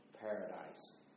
paradise